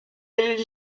ils